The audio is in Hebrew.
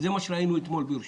זה מה שראינו אתמול בירושלים,